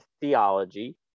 theology